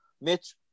Mitch